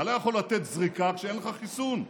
אתה לא יכול לתת זריקה כשאין לך חיסון.